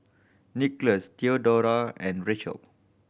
Nickolas Theodora and Rachel